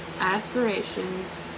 aspirations